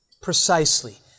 Precisely